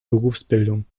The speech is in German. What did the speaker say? berufsbildung